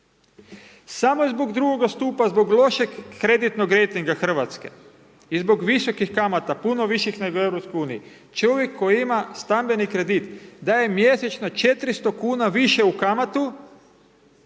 Samo zbog drugoga stupa, zbog lošega kreditnog rejtinga Hrvatske, i zbog visokih kamata, puno viših nego u Europskoj uniji. Čovjek koji ima stambeni kredit daje mjesečno 400 kuna više u kamatu,